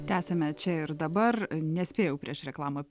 tęsiame čia ir dabar nespėjau prieš reklamą